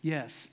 Yes